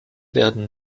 werden